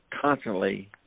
constantly